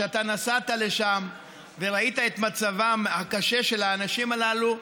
שאתה נסעת לשם וראית את מצבם הקשה של האנשים הללו.